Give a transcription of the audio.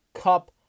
Cup